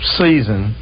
season